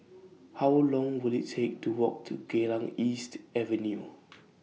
How Long Will IT Take to Walk to Geylang East Avenue